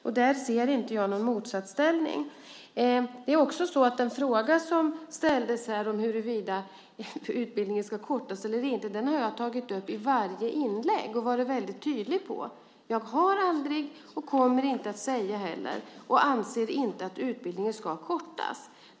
Där ser jag inte någon motsatsställning. Den fråga som ställdes här om huruvida utbildningen ska kortas eller inte har jag tagit upp i varje inlägg, och jag har varit väldigt tydlig. Jag har aldrig sagt, kommer inte heller att säga och anser inte att utbildningen ska kortas.